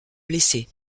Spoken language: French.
blessé